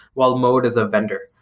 while mode is a vendor.